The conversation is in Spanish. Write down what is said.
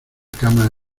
cama